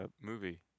movie